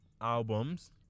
albums